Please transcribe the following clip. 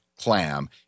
clam